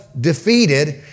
defeated